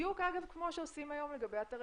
בדיוק אגב כמו שעושים היום לגבי אתרי